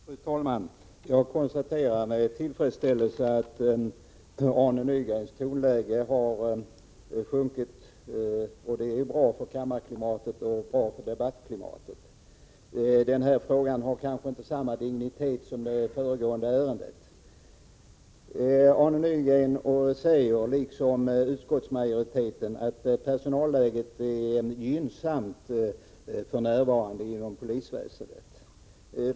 Fru talman! Jag konstaterar med tillfredsställelse att Arne Nygrens tonläge har sjunkit. Det är bra för debattklimatet i kammaren. Denna fråga har kanske inte samma dignitet som föregående ärende. Arne Nygren säger, liksom utskottsmajoriteten, att personalläget för närvarande är gynnsamt inom polisväsendet.